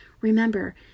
Remember